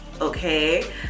Okay